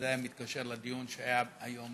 וזה מתקשר לדיון שהיה היום